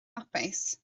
hapus